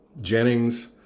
Jennings